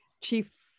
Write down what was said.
chief